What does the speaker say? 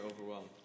overwhelmed